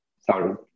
Sorry